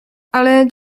ale